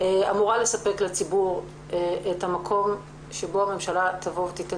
אמורה לספק לציבור את המקום שבו הממשלה תיתן